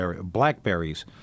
blackberries